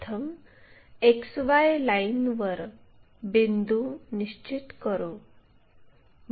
प्रथम XY लाईनवर बिंदू निश्चित करू